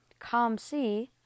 ComC